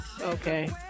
okay